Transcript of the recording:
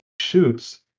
shoots